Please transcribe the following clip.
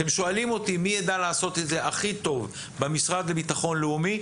אתם שואלים אותי מי יידע לעשות את זה הכי טוב במשרד לביטחון לאומי,